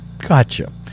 Gotcha